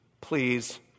please